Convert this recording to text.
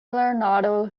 lernado